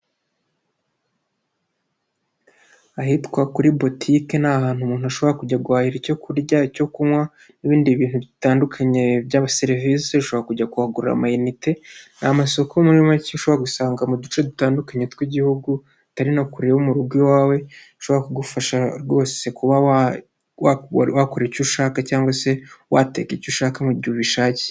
Ahitwa kuri butike ni ahantu umuntu ashobora kujya guhahira icyo kurya, icyo kunywa n'ibindi bintu bitandukanye byaba serivisi, ushobora kujya kuhagura amayinite, ni amasoko muri make ushobora gusanga mu duce dutandukanye tw'Igihugu utari na kure yo mu rugo iwawe bishobora kugufasha rwose kuba wakora icyo ushaka cyangwa se wateka icyo ushaka mu gihe ubishakiye.